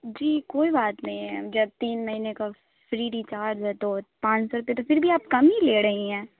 جی کوئی بات نہیں ہے جب تین مہینے کا فری ریچارج ہے تو پانچ سو روپے تو پھر بھی آپ کم ہی لے رہی ہیں